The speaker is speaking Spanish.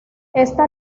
esta